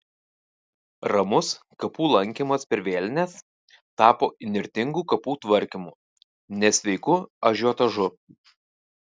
ramus kapų lankymas per vėlines tapo įnirtingu kapų tvarkymu nesveiku ažiotažu